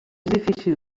difícil